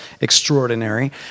extraordinary